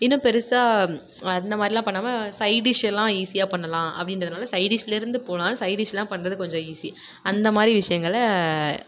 இன்னும் பெரிசா அந்தமாதிரிலாம் பண்ணாமல் சைடிஷேல்லாம் ஈஸியாக பண்ணலாம் அப்படின்றதுனால சைடிஷ்லேருந்து போனாலும் சைடிஷ்லாம் பண்ணுறது கொஞ்சம் ஈஸி அந்தமாதிரி விஷயங்களை